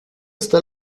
esta